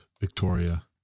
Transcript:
Victoria